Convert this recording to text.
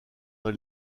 dans